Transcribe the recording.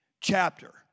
chapter